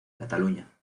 cataluña